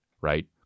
Right